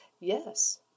Yes